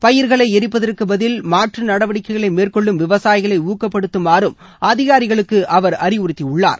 பயிர்களை எரிப்பதற்கு பதில் மாற்று நடவடிக்கைகளை மேற்கொள்ளும் விவசாயிகளை ஊக்கப்படுத்தமாறும் அதிகாரிகளுக்கு அவர் அறிவுறுத்தியுள்ளார்